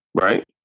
Right